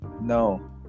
No